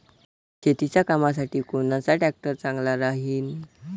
शेतीच्या कामासाठी कोनचा ट्रॅक्टर चांगला राहीन?